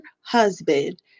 husband